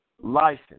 license